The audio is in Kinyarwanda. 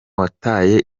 wataye